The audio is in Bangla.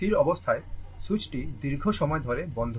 সুতরাং তার মানে স্থির অবস্থায় সুইচটি দীর্ঘ সময় ধরে বন্ধ ছিল